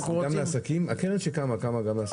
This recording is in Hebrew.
אנחנו רוצים --- אבל הקרן שקמה קמה גם לעסקים?